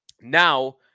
now